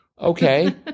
okay